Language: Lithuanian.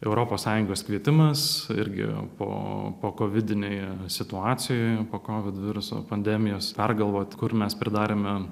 europos sąjungos kvietimas irgi po pokovininėje situacijoje po kovid viruso pandemijos pergalvoti kur mes pridarėme